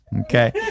Okay